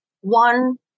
one